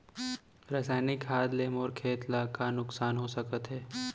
रसायनिक खाद ले मोर खेत ला का नुकसान हो सकत हे?